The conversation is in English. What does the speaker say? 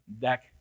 deck